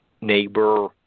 neighbor